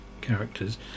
characters